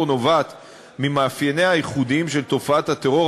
נובעת ממאפייניה הייחודיים של תופעת הטרור,